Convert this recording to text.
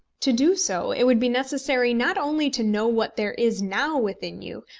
to do so it would be necessary not only to know what there is now within you,